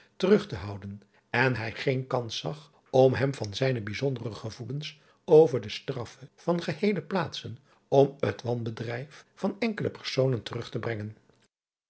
terug te houden en hij geen kans zag om hem van zijne bijzondere gevoelens over de straffe van geheele plaatsen om het wanbedrijf van enkele personen terug te brengen